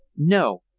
no.